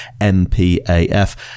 mpaf